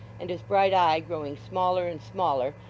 and his bright eye growing smaller and smaller,